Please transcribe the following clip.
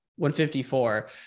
154